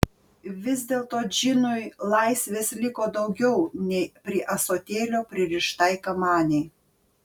vis dėlto džinui laisvės liko daugiau nei prie ąsotėlio pririštai kamanei